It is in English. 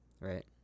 right